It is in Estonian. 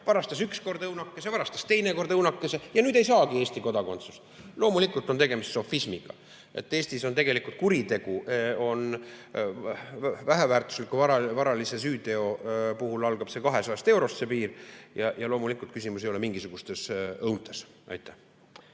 varastas üks kord õunakese, varastas teine kord õunakese, nüüd ei saagi Eesti kodakondsust. Loomulikult on tegemist sofismiga. Eestis on see tegelikult kuritegu. Väheväärtusliku varalise süüteo puhul algab see 200 eurost, see on piir, ja loomulikult küsimus ei ole mingisugustes õuntes. On